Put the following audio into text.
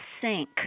sink